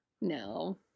No